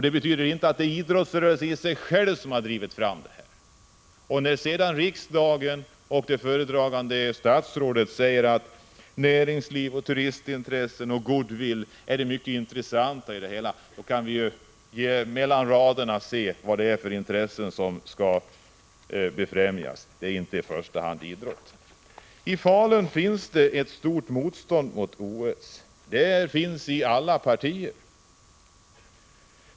Det betyder inte att det är idrottsrörelsen i sig själv som har drivit fram detta. När sedan utskottet och det föredragande statsrådet säger att näringsliv, turistintressen och goodwill är det mycket intressanta i det hela, kan man läsa mellan raderna och se vilka intressen som skall främjas — det är inte i första hand idrotten. I Falun finns det inom alla partier ett stort motstånd mot OS.